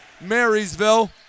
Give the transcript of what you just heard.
Marysville